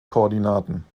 koordinaten